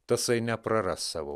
tasai nepraras savo